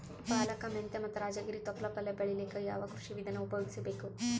ಪಾಲಕ, ಮೆಂತ್ಯ ಮತ್ತ ರಾಜಗಿರಿ ತೊಪ್ಲ ಪಲ್ಯ ಬೆಳಿಲಿಕ ಯಾವ ಕೃಷಿ ವಿಧಾನ ಉಪಯೋಗಿಸಿ ಬೇಕು?